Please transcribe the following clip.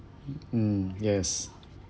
mm yes